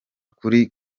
kuri